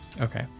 Okay